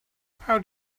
how